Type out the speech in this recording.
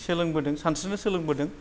सोलोंबोदों सानस्रिनो सोलोंबोदों